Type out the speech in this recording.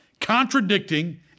contradicting